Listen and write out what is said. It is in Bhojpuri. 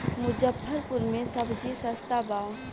मुजफ्फरपुर में सबजी सस्ता बा